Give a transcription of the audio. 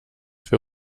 für